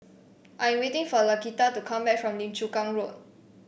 I am waiting for Laquita to come back from Lim Chu Kang Road